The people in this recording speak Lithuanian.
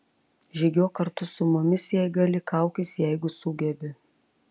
žygiuok kartu su mumis jei gali kaukis jeigu sugebi